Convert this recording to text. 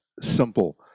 simple